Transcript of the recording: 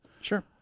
Sure